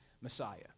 Messiah